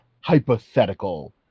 hypothetical